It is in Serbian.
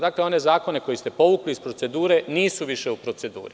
Dakle, one zakone koje ste povukli iz procedure nisu više u proceduri.